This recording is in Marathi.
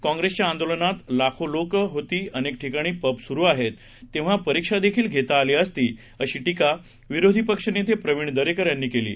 काँप्रेसच्या आंदोलनात लाखो लोकं होती अनेक ठिकाणी पब सुरू आहेत तेव्हा परीक्षा देखील घेता आली असती अशी टीका विरोधी पक्ष नेता प्रवीण दरेकर यांनी केली आहे